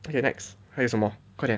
okay next 还有什么快点